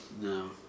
No